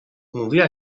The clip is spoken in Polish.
umówiła